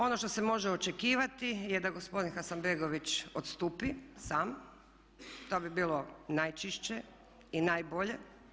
Ono što se može očekivati je da gospodin Hasanbegović odstupi sam, to bi bilo najčišće i najbolje.